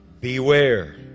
beware